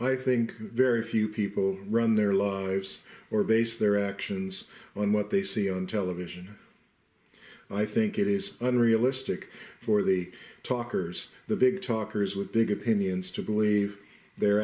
i think very few people run their lives or base their actions on what they see on television i think it is unrealistic for the talkers the big talkers with big opinions to believe they're